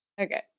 Okay